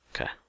Okay